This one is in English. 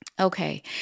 Okay